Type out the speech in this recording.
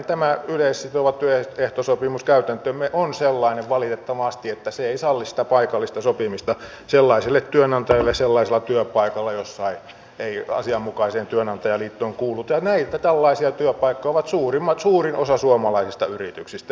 tämä meidän yleissitova työehtosopimuskäytäntömme on valitettavasti sellainen että se ei salli sitä paikallista sopimista sellaiselle työantajalle sellaisella työpaikalla missä ei asianmukaiseen työnantajaliittoon kuuluta ja näitä tällaisia työpaikkoja on suurin osa suomalaisista yrityksistä